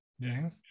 James